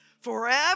forever